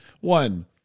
one